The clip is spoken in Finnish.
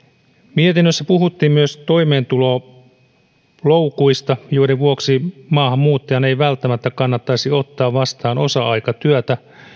mietinnössä puhuttiin myös toimeentuloloukuista joiden vuoksi maahanmuuttajan ei välttämättä kannattaisi ottaa vastaan osa aikatyötä